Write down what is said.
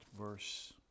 verse